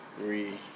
Three